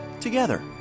together